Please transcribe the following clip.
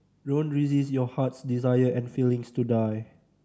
don't resist your heart's desire and feelings to die